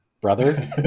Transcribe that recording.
brother